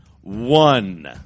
one